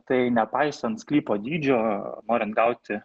tai nepaisant sklypo dydžio norint gauti